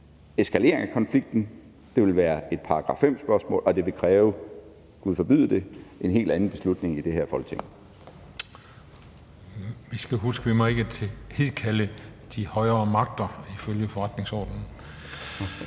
eskalering af konflikten, det vil være et § 5-spørgsmål, og det vil kræve – Gud forbyde det – en helt anden beslutning i det her Folketing. Kl. 14:36 Den fg. formand (Christian Juhl): Vi skal huske, at vi ikke må hidkalde de højere magter ifølge forretningsordenen.